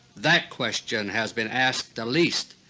that question has been asked the least,